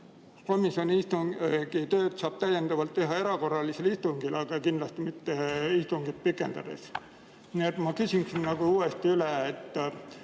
Komisjoni istungi tööd saab täiendavalt teha erakorralisel istungil, aga kindlasti mitte istungit pikendades. Ma küsin uuesti üle: kui